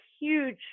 huge